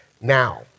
now